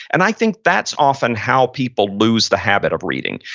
and i think that's often how people lose the habit of reading.